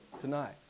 tonight